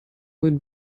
would